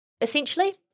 Essentially